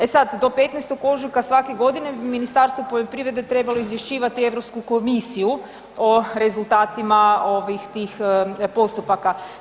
E sad, to 15. ožujka svake godine Ministarstvo poljoprivrede trebalo izvješćivati EU komisiju o rezultatima ovih, tih postupaka.